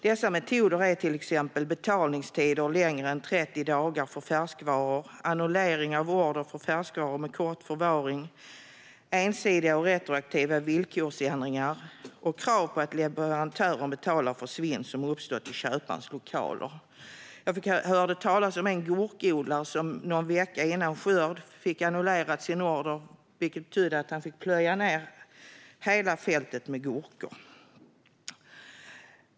Dessa metoder är till exempel betalningstider längre än 30 dagar för färskvaror, annullering av order för färskvaror med kort förvarning, ensidiga och retroaktiva villkorsändringar och krav på att leverantören betalar för svinn som uppstått i köparens lokaler. Jag hörde talat om en gurkodlare som någon vecka innan skörd fick sin order annullerad, vilket betydde att han fick plöja ned hela fältet med gurkor.